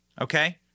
okay